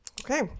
Okay